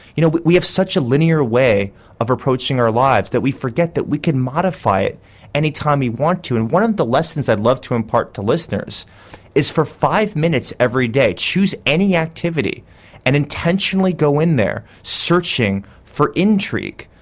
you know we have such a linear way of approaching our lives that we forget that we can modify it anytime we want to. and one of the lessons that i'd love to impart to listeners is for five minutes every day choose any activity and intentionally go in there searching for intrigue,